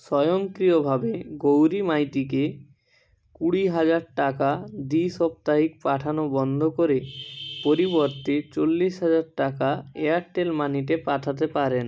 স্বয়ংক্রিয়ভাবে গৌরী মাইতিকে কুড়ি হাজার টাকা দ্বিসাপ্তাহিক পাঠানো বন্ধ করে পরিবর্তে চল্লিশ হাজার টাকা এয়ারটেল মানিতে পাঠাতে পারেন